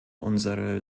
unsere